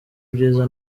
byiza